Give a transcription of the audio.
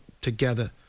together